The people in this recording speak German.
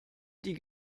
die